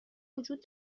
وجود